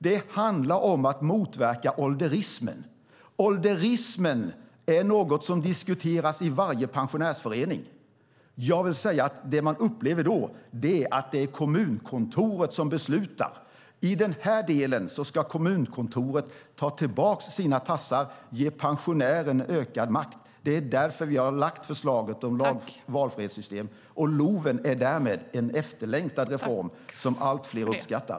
Det handlar om att motverka ålderismen. Ålderismen är något som diskuteras i varje pensionärsförening. Jag vill säga att det man upplever är att det är kommunkontoret som beslutar. I den här delen ska kommunkontoret ta tillbaka sina tassar och ge pensionären ökad makt. Det är därför vi har lagt fram förslaget om valfrihetssystem. LOV är därmed en efterlängtad reform som allt fler uppskattar.